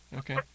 okay